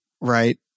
right